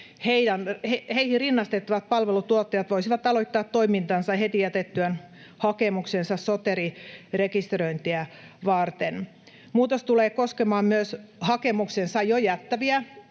heihin rinnastettavat palveluntuottajat voisivat aloittaa toimintansa heti jätettyään hakemuksensa Soteri-rekisteröintiä varten. Muutos tulee koskemaan myös hakemuksensa jo jättäneitä